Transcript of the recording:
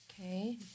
Okay